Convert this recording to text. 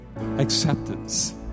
acceptance